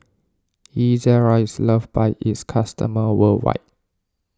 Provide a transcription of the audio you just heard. Ezerra is loved by its customers worldwide